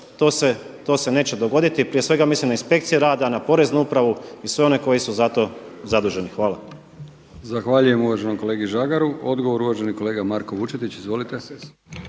to se neće dogoditi. Prije svega mislim na inspekcije rada, na Poreznu upravu i sve one koji su za to zaduženi. Hvala. **Brkić, Milijan (HDZ)** Zahvaljujem uvaženom kolegi Žagaru. Odgovor uvaženi kolega Marko Vučetić, izvolite.